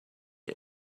der